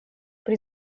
при